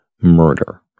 murder